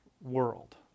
world